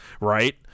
right